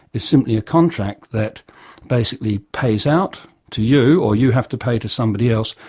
is simply a contract that basically pays out to you, or you have to pay to somebody else,